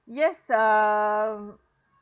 yes err